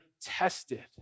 tested